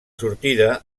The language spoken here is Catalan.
sortida